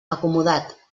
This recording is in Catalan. acomodat